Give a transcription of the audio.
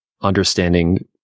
understanding